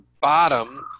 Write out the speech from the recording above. bottom